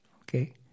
Okay